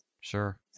Sure